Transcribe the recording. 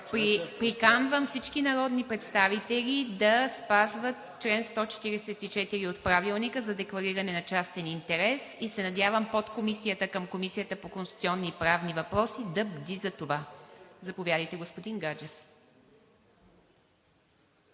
Приканвам всички народни представители да спазват чл. 144 от Правилника за деклариране на частен интерес и се надявам подкомисията към Комисията към конституционни и правни въпроси да бди за това. Заповядайте, господин Гаджев.